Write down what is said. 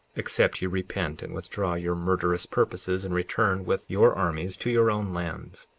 except ye repent and withdraw your murderous purposes, and return with your armies to your own lands.